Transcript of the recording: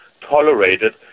tolerated